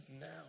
now